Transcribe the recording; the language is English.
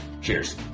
Cheers